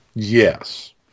Yes